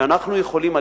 שבהם אנחנו יכולים,